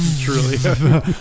Truly